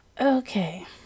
Okay